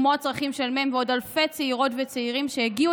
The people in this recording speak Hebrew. כמו הצרכים של מ' ועוד אלפי צעירות וצעירים שהגיעו